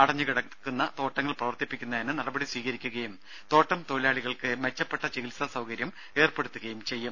അടഞ്ഞുകിടക്കുന്ന തോട്ടങ്ങൾ പ്രവർത്തിപ്പിക്കുന്നതിന് നടപടി സ്വീകരിക്കുകയും തോട്ടം തൊഴിലാളികൾക്ക് മെച്ചപ്പെട്ട ചികിത്സാ സൌകര്യം ഏർപ്പെടുത്തുകയും ചെയ്യും